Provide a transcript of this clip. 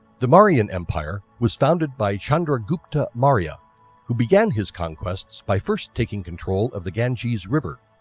the mauryan empire was founded by chandragupta maurya who began his conquests by first taking control of the ganges river.